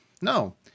no